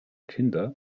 kinder